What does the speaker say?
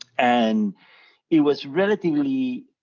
and it was relatively,